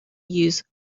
use